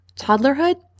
toddlerhood